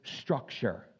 structure